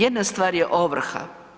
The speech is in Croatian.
Jedna stvar je ovrha.